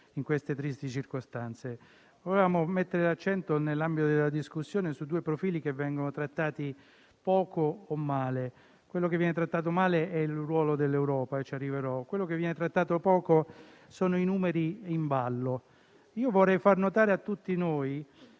in queste tristi circostanze. Vorremmo mettere l'accento, nell'ambito della discussione, su due profili che vengono trattati poco o male. Quello che viene trattato male è il ruolo dell'Europa, e ci arriverò. Quello che viene trattato poco riguarda i numeri in ballo. Vorrei far notare a tutti noi